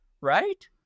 right